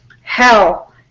hell